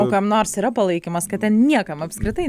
o kam nors yra palaikymas kad ten niekam apskritai